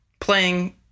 playing